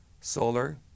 solar